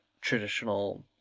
traditional